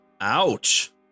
Ouch